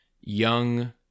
young